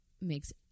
makes